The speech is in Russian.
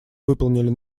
выполнили